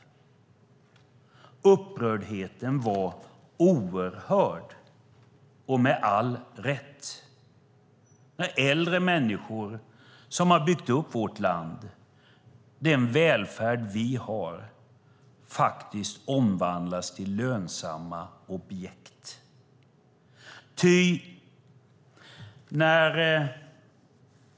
Upprördheten var oerhörd, och med all rätt. De äldre har byggt upp vårt land, den välfärd vi har, och de omvandlas till lönsamma objekt.